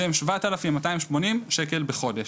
שהם שבעת אלפים מאתיים שמונים שקל בחודש.